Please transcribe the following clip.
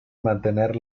mantener